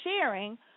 sharing